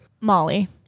Molly